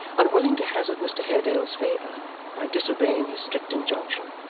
unwilling to hazard mr haredale's favour by disobeying his strict injunction,